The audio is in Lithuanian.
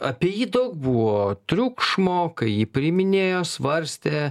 apie jį daug buvo triukšmo kai jį priiminėjo svarstė